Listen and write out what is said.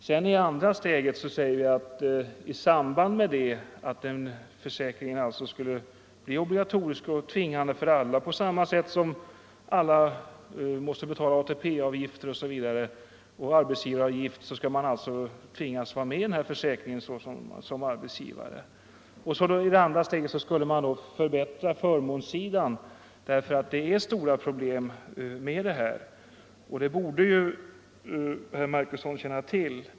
Sedan säger vi — i andra steget — att på samma sätt som alla måste betala ATP avgift och arbetsgivaravgift skall arbetsgivare tvingas vara med i den här försäkringen. I det andra steget skulle man förbättra förmånerna. Här finns nämligen stora problem, vilket herr Marcusson borde känna till.